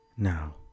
Now